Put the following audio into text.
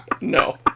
No